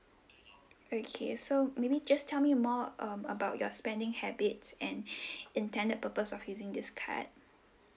okay so maybe just tell me more um about your spending habits and intended purpose of using this card